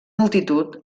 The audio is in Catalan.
multitud